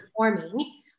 performing